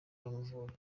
w’amavubi